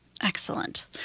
Excellent